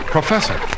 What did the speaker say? Professor